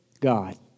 God